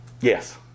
yes